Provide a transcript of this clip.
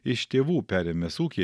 iš tėvų perėmęs ūkį